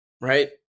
right